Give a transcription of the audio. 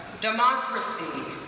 democracy